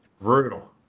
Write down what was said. Brutal